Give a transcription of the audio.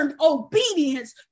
obedience